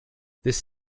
this